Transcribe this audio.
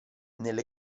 nelle